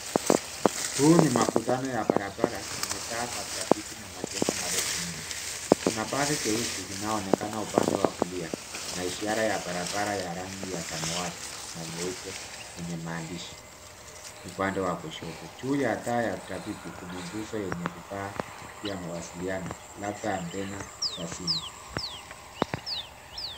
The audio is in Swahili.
Huu ni makutano ya barabara yenye taa trafiki na majengo marefu nyuma, kuna basi jeusi linaonekana upande wa kulia na ishara ya barabara ya rangi ya samawati na nyeupe yenye maandishi upande wa kushoto, juu ya taa za trafiki kuna nguzo yenye vifaa vya mawasiliano labda antenna za simu.